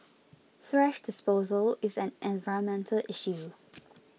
thrash disposal is an environmental issue